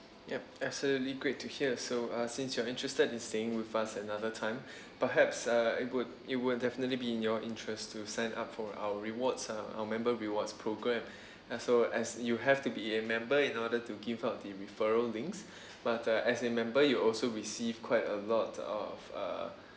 yup absolutely great to hear so uh since you are interested in staying with us another time perhaps uh it would it would definitely be in your interests to sign up for our rewards uh our member's rewards program as so as you have to be a member in order to give out the referral links but uh as a member you'll also receive quite a lot of uh